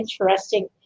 interesting